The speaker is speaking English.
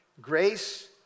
Grace